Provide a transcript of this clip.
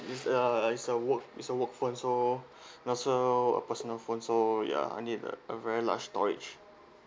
it's a it's a work it's a work phone so not so a personal phone so ya I need a a very large storage